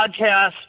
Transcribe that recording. podcast